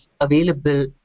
available